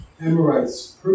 Amorites